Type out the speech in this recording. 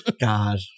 God